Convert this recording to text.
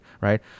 right